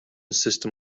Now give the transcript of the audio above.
system